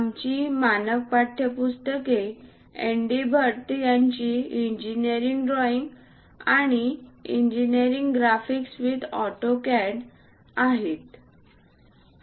आमची मानक पाठ्यपुस्तके एन डी भट्ट यांची इंजिनिअरिंग ड्रॉइंग आणि इंजिनिअरिंग ग्राफिक्स विथ ऑटोकॅड आहेत